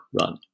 run